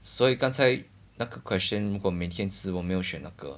所以刚才那个 question 我每天吃我没有选那个